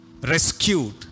rescued